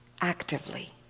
actively